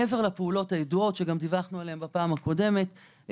מעבר לפעולות הידועות שגם דיווחנו עליהם בפעם הקודמת,